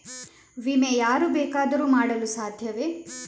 ವಿಮೆ ಯಾರು ಬೇಕಾದರೂ ಮಾಡಲು ಸಾಧ್ಯವೇ?